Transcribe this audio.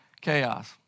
chaos